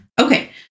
Okay